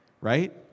right